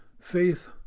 faith